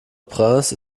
prince